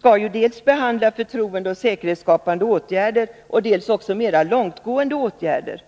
skall dels behandla förtroendeoch säkerhetsskapande åtgärder, dels mera långtgående åtgärder.